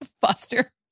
foster